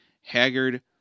Haggard